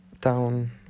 down